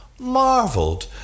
Marveled